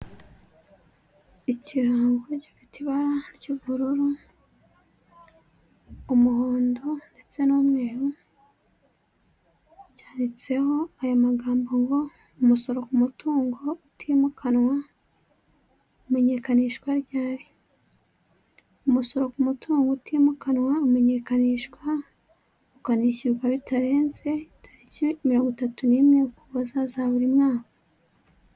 Ikirango gifite ibara ry'ubururu, umuhondo ndetse n'umweru cyanditseho aya magambo ngo "umusoro ku mutungo utimukanwa umenyekanishwa ryari"? Umusoro ku mutungo utimukanwa umenyekanishwa ukanishyurwa bitarenze tariki mirongo itatu n'imwe Ukuboza za buri mwaka.